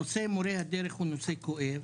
נושא מורי הדרך הוא נושא כואב.